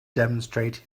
demonstrate